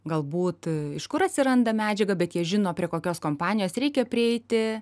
galbūt iš kur atsiranda medžiaga bet jie žino prie kokios kompanijos reikia prieiti